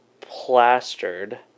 plastered